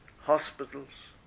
hospitals